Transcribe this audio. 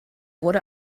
wurde